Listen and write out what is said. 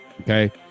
Okay